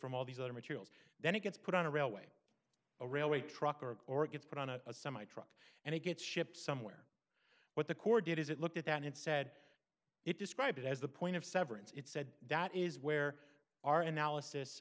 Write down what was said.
from all these other materials then it gets put on a railway a railway truck or or gets put on a semi truck and it gets shipped somewhere what the corps did is it looked at that it said it described it as the point of severance it said that is where our analysis